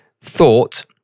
thought